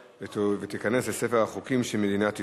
וייכנס לספר החוקים של מדינת ישראל.